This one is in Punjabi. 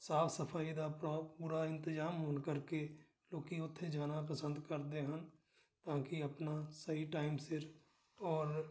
ਸਾਫ਼ ਸਫਾਈ ਦਾ ਪਰੋ ਪੂਰਾ ਇੰਤਜ਼ਾਮ ਹੋਣ ਕਰਕੇ ਲੋਕ ਉੱਥੇ ਜਾਣਾ ਪਸੰਦ ਕਰਦੇ ਹਨ ਤਾਂ ਕਿ ਆਪਣਾ ਸਹੀ ਟਾਈਮ ਸਿਰ ਔਰ